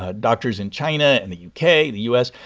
ah doctors in china and the u k, the u s,